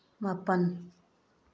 ꯃꯥꯄꯜ